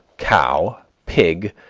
cow, pig,